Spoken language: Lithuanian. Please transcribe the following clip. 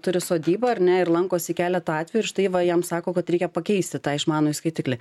turi sodybą ar ne ir lankosi keletą atvejų štai va jam sako kad reikia pakeisti tą išmanųjį skaitiklį